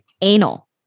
anal